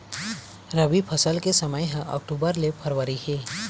रबी फसल के समय ह अक्टूबर ले फरवरी हे